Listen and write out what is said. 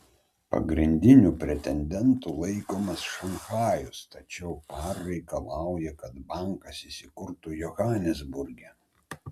pagrindiniu pretendentu laikomas šanchajus tačiau par reikalauja kad bankas įsikurtų johanesburge